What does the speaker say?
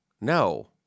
No